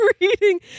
reading